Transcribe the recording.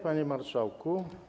Panie Marszałku!